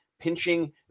Pinching